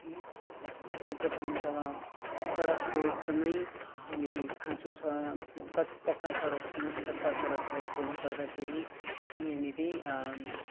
यी सर्वप्रथम त सडकको एकदमै यहाँनेर खाँचो छ कच् पक्का सडक छैन कच्चा सडक भएकोले गर्दाखेरि यहाँनेर